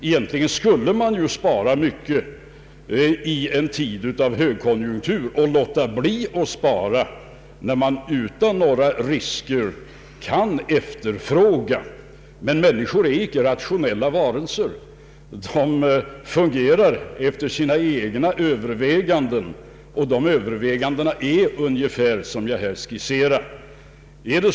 Egentligen skulle vi ju spara mycket i en tid av högkonjunktur, och låta bli att spara när vi utan risker kan efterfråga varor och tjänster. Men människor är icke rationella varelser. De fungerar efter sina egna överväganden, och dessa överväganden är ungefär sådana som jag här skisserat.